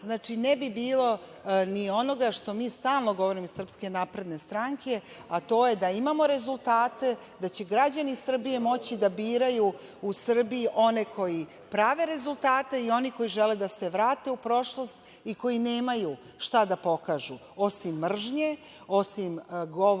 znači, ne bi bilo ni onoga što mi stalno govorimo iz SNS, a to je da imamo rezultate, da će građani Srbije moći da biraju u Srbiji one koji prave rezultate i oni koji žele da se vrate u prošlost i koji nemaju šta da pokažu osim mržnje, osim govora,